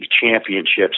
championships